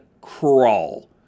crawl